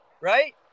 right